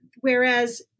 whereas